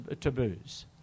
taboos